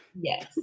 Yes